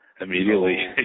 immediately